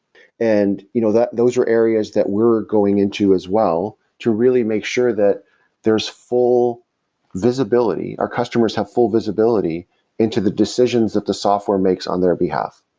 and you know those are areas that we're going into as well, to really make sure that there's full visibility, our customers have full visibility into the decisions that the software makes on their behalf.